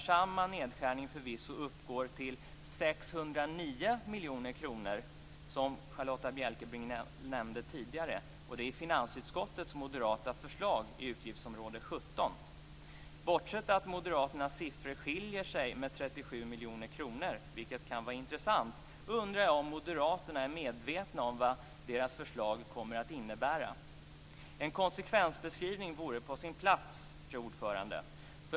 Samma nedskärning uppgår förvisso till 609 miljoner kronor i finansutskottet moderata förslag vad gäller utgiftsområde 17, som Charlotta Bjälkebring nämnde tidigare. Bortsett från att moderaternas siffror skiljer sig åt med 37 miljoner kronor, vilket kan vara intressant, undrar jag om moderaterna är medvetna om vad deras förslag kommer att innebära. En konsekvensbeskrivning vore på sin plats, fru talman.